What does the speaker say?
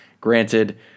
Granted